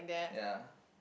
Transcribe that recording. ya